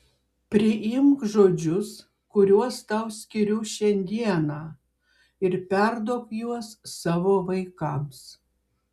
priimk žodžius kuriuos tau skiriu šiandieną ir perduok juos savo vaikams